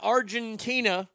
Argentina